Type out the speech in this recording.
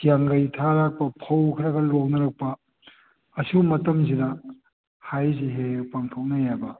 ꯍꯤꯌꯥꯡꯒꯩ ꯊꯥ ꯂꯥꯛꯄ ꯐꯧ ꯈꯔ ꯈꯔ ꯂꯣꯛꯅꯔꯛꯄ ꯑꯁꯤꯒꯨꯝꯕ ꯃꯇꯝꯁꯤꯗ ꯍꯥꯏꯔꯤꯁꯦ ꯍꯦꯛ ꯍꯦꯛ ꯄꯥꯡꯊꯣꯛꯅꯩꯌꯦꯕ